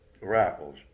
raffles